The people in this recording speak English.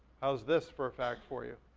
how's this for a fact for you?